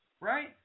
right